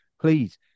please